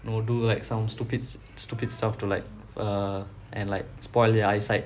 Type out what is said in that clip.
you know do like some stupid stupid stuff to like err and like spoil their eyesight